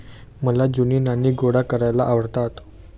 मला जुनी नाणी गोळा करायला आवडतात